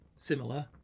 Similar